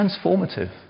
transformative